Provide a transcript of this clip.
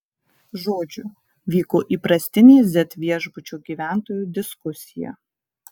žodžiu vyko įprastinė z viešbučio gyventojų diskusija